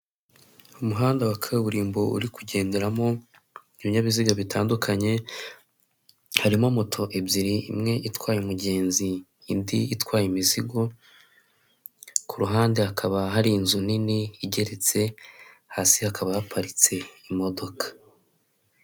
Umuhanda wa kaburimbo uri kugenderamo ibinyabiziga bitandukanye, harimo moto ebyiri, imwe itwaye umugenzi, indi itwaye imizigo, ku ruhande hakaba hari inzu nini igeretse, hasi hakaba haparitse imodoka.